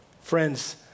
friends